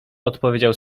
odpowiedział